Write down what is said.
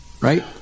right